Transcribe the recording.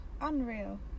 unreal